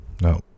No